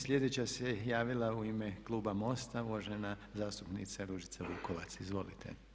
Sljedeća se javila u ime kluba MOST-a uvažena zastupnica Ružica Vukovac, izvolite.